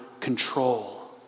Control